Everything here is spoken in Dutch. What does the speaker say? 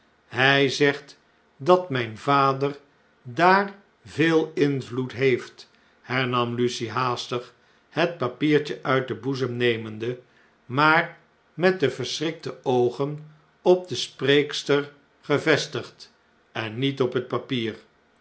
hjj zegt dat mjjn vader daar veel invloed heet't hernam lucie haastig het papiertje uit den boezem nemende maar met de verschrikte oogen op de spreekster gevestigd en niet op het papier